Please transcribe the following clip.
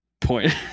Point